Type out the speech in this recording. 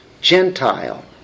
Gentile